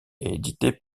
édité